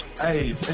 Hey